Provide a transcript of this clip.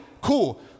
Cool